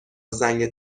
زنگ